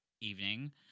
evening